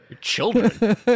Children